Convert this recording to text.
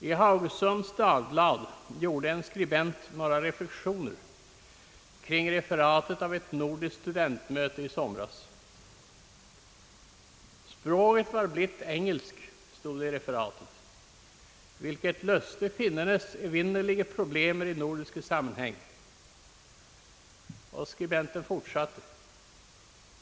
I Haugesunds Dagblad gjorde en skribent några reflexioner kring referatet av ett nordiskt studentmöte i somras. »Sproget var blitt engelsk», stod det i referatet, »hvilket löste finnenes evindelige problemer i nordisk sammenheng.